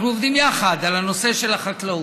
אנחנו עובדים יחד על הנושא של החקלאות,